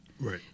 Right